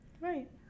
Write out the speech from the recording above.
Right